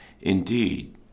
Indeed